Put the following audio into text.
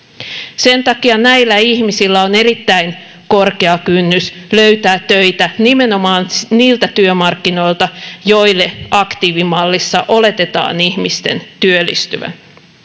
sen takia näillä ihmisillä on erittäin korkea kynnys löytää töitä nimenomaan niiltä työmarkkinoilta joille aktiivimallissa oletetaan ihmisten työllistyvän